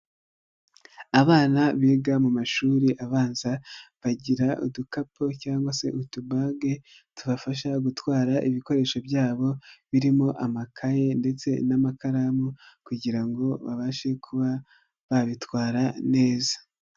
Abana biga mu mashuri abanza bagira udukapu cyangwa se utubage, tubafasha gutwara ibikoresho byabo birimo amakaye ndetse n'amakaramu kugira ngo babashe kuba babitwara neza.